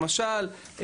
למשל,